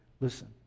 Listen